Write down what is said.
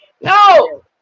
no